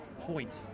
point